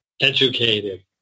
educated